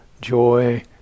joy